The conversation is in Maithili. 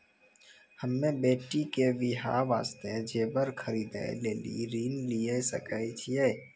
हम्मे बेटी के बियाह वास्ते जेबर खरीदे लेली ऋण लिये सकय छियै?